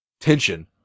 tension